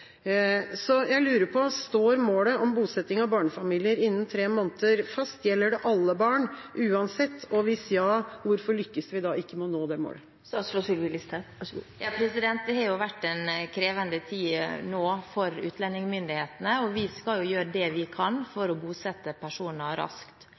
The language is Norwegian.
Så jeg lurer på: Står målet om bosetting av barnefamilier innen tre måneder fast? Gjelder det alle barn uansett? Og hvis ja, hvorfor lykkes vi da ikke med å nå det målet? Det har jo vært en krevende tid for utlendingsmyndighetene nå, og vi skal gjøre det vi kan